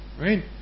right